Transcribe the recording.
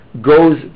goes